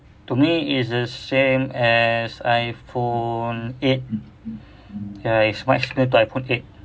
to me it's the same as iphone eight ya it's much similar to iphone eight